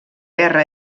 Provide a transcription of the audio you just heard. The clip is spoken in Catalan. guerra